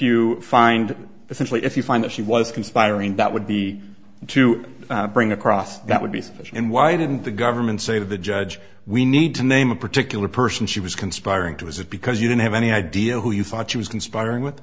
you find essentially if you find that she was conspiring that would be to bring across that would be sufficient and why didn't the government say to the judge we need to name a particular person she was conspiring to was it because you didn't have any idea who you thought she was conspiring with